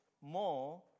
more